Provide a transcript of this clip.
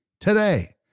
today